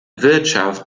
wirtschaft